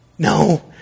No